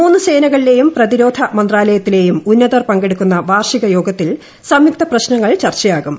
മൂന്ന് സേനകളിലേയും പ്രതിരോധ മന്ത്രാലയത്തിലേയും ഉന്നതർ പങ്കെടുക്കുന്ന വാർഷിക യോഗത്തിൽ സംയുക്ത പ്രശ്നങ്ങൾ ചർച്ചയാകും